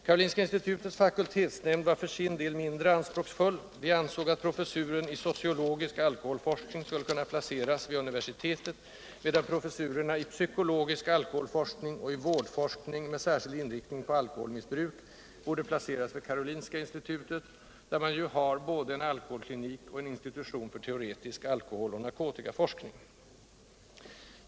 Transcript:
Karolinska institutets fakultetsnämnd var för sin del mindre anspråksfull: vi ansåg att professuren i sociologisk alkoholforskning skulle kunna placeras vid universitetet, medan professurerna i psykologisk alkoholforskning och i vårdforskning med särskild inriktning på alkoholmissbruk borde placeras vid Karolinska institutet, där man ju har både en alkoholklinik och en institution för teoretisk alkoholoch narkotikaforskning.